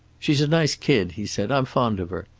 she's a nice kid, he said. i'm fond of her.